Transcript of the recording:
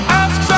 ask